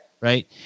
Right